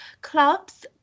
clubs